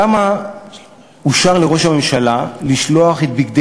למה אושר לראש הממשלה לשלוח את "בגדי